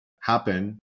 happen